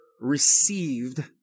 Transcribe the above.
received